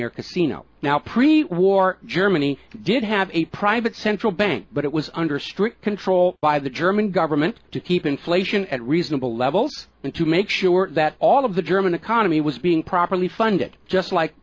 air casino now pre war germany did have a private central bank but it was under stress controlled by the german government to keep inflation at reasonable levels and to make sure that all of the german economy was being properly funded just like